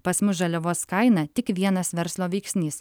pas mus žaliavos kaina tik vienas verslo veiksnys